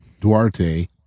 Duarte